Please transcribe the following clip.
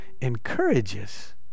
encourages